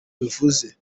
mbivuze